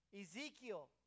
Ezekiel